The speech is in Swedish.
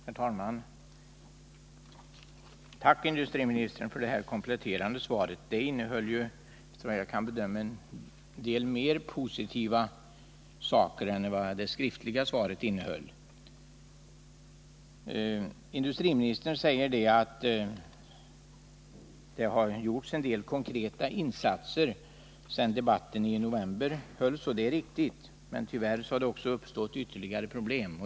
Herr talman! Tack, industriministern, för det här kompletterande svaret. Det innehöll efter vad jag kan bedöma en del mer positiva saker än det skriftliga svaret. Industriministern säger att det gjorts en del konkreta insatser sedan debatten i november hölls. Det är riktigt, men tyvärr har det också uppstått ytterligare problem.